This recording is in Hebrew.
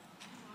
להבות.